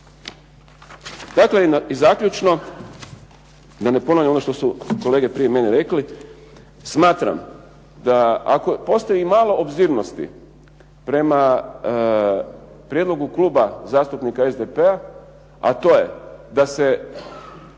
Dakle, i zaključno da ne ponavljam ono što su kolege prije mene rekli. Smatram, da ako postoji i malo obzirnosti prema prijedlogu Kluba zastupnika SDP-a, a to je da se